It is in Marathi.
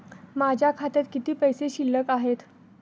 माझ्या खात्यात किती पैसे शिल्लक आहेत?